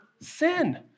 sin